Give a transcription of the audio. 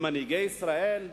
למנהיגי ישראל,